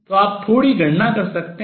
तो आप थोड़ी गणना कर सकते हैं